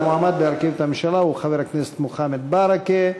המועמד להרכיב את הממשלה הוא חבר הכנסת מוחמד ברכה.